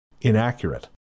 inaccurate